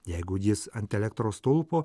jeigu jis ant elektros stulpo